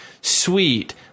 sweet